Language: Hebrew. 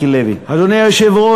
אני קובע כי הצעת החוק אושרה ותועבר,